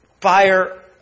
fire